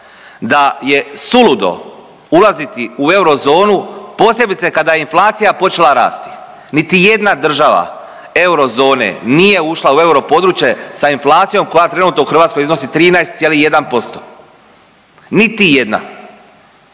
da je suludo ulaziti u eurozonu posebice kada je inflacija počela rasti. Niti jedna država eurozone nije ušla u europodručje sa inflacijom koja trenutno u Hrvatskoj iznosi 13,1¸%. Niti jedna.